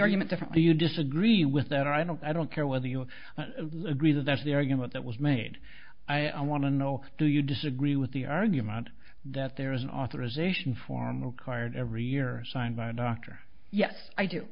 argument different do you disagree with that i don't i don't care whether you live breathe that's the argument that was made i want to know do you disagree with the argument that there is an authorization form will card every year signed by a doctor yes i do